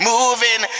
Moving